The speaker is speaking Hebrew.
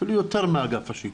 אפילו יותר מאגף שיקום,